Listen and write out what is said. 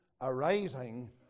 arising